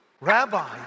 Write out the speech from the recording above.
Rabbi